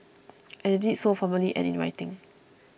and they did so formally and in writing